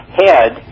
head